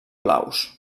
blaus